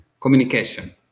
communication